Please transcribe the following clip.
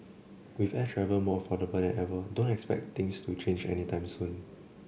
with air travel more affordable than ever don't expect things to change any time soon